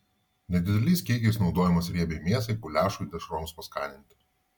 nedideliais kiekiais naudojamas riebiai mėsai guliašui dešroms paskaninti